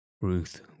Ruth